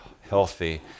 healthy